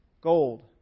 gold